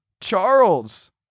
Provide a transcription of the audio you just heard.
Charles